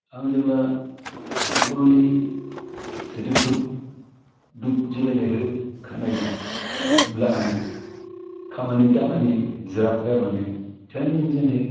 आं जेब्ला फुटबलनि सोदोब दुब दुब जिरायनायखौ खोनायो होनब्ला आङो खामानि दामानि ज्राब गारनानै थोंजोंहै